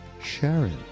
Sharon